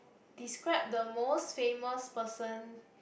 describe the most famous person